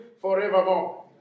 forevermore